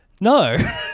no